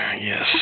yes